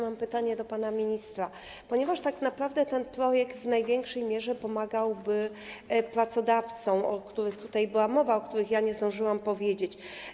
Mam pytanie do pana ministra, ponieważ tak naprawdę ten projekt w największej mierze pomagałby pracodawcom, o których tutaj była mowa, o których nie zdążyłam powiedzieć.